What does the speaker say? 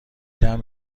دهم